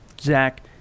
Zach